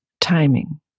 timing